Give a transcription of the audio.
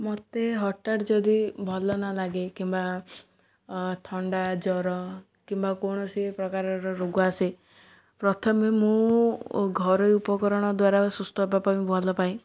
ମୋତେ ହଠାତ୍ ଯଦି ଭଲ ନ ଲାଗେ କିମ୍ବା ଥଣ୍ଡା ଜ୍ୱର କିମ୍ବା କୌଣସି ପ୍ରକାରର ରୋଗ ଆସେ ପ୍ରଥମେ ମୁଁ ଘରୋଇ ଉପକରଣ ଦ୍ୱାରା ସୁସ୍ଥ ହେବା ପାଇଁ ଭଲପାଏ